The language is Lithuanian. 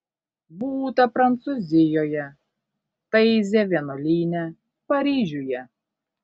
būta prancūzijoje taizė vienuolyne paryžiuje